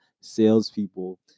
salespeople